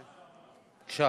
בבקשה.